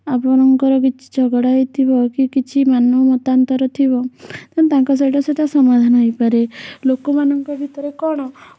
ଆପଣଙ୍କର କିଛି ଝଗଡ଼ା ହୋଇଥିବ କି କିଛି ମନମତାନ୍ତର ଥିବି ତାଙ୍କ ସହିତ ସେଇଟା ସମାଧାନ ହୋଇପାରେ ଲୋକମାନଙ୍କ ଭିତରେ କ'ଣ